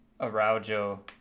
Araujo